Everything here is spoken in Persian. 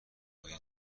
های